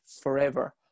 forever